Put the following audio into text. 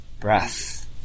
breath